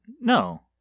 No